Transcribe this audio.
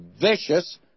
vicious